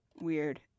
weird